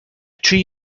tree